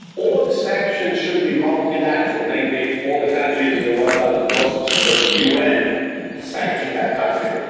or the sanctions should be multilateral namely, all the countries in the world under the auspices of the un sanction that country,